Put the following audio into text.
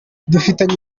dufitanye